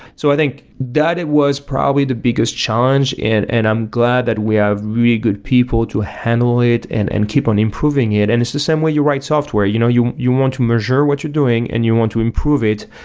so i think, that it was probably the biggest challenge, and and i'm glad that we have really good people to handle it and and keep on improving it. and it's the same way you write software. you know you you want to measure what you're doing and you want to improve it,